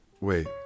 Wait